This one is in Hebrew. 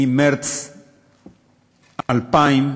ממרס 2000,